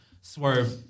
Swerve